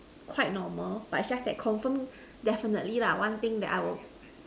quite normal but it's just that confirm definitely lah one thing that I will